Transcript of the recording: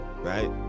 right